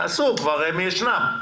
הם כבר ישנם,